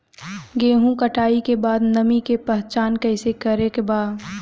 गेहूं कटाई के बाद नमी के पहचान कैसे करेके बा?